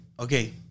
Okay